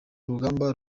urugamba